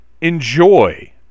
enjoy